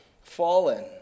fallen